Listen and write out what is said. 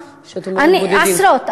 עשרות.